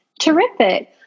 Terrific